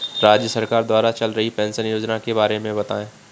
राज्य सरकार द्वारा चल रही पेंशन योजना के बारे में बताएँ?